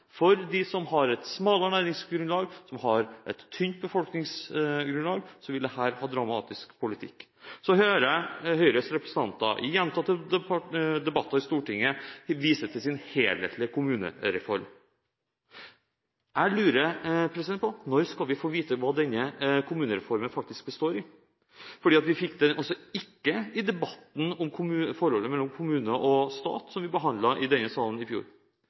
For dem som har et smalere næringsgrunnlag, som har et tynt befolkningsgrunnlag, vil dette være en dramatisk politikk. I gjentatte debatter i Stortinget hører jeg Høyres representanter vise til sin helhetlige kommunereform. Jeg lurer på: Når skal vi få vite hva denne kommunereformen faktisk består i? Vi fikk den ikke i debatten om forholdet mellom kommune og stat som vi behandlet i denne sal i fjor.